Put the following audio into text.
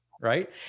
right